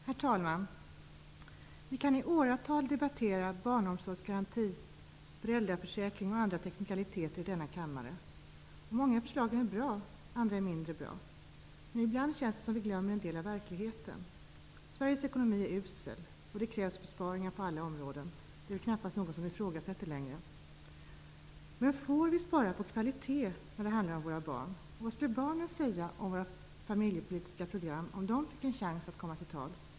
Herr talman! Vi kan i åratal debattera barnomsorgsgaranti, föräldraförsäkring och andra teknikaliteter i denna kammare. Många förslag är bra, och andra är mindre bra. Men ibland känns det som om vi glömmer en del av verkligheten. Sveriges ekonomi är usel, och det krävs besparingar på olika områden -- det är knappast någon som ifrågasätter det längre. Men får vi spara på kvalitet när det handlar om våra barn? Vad skulle barnen säga om våra familjepolitiska program om de fick en chans att komma till tals?